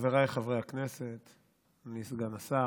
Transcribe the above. חבריי חברי הכנסת, אדוני סגן השר,